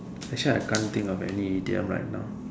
actually I can't think of any idioms right now